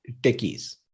techies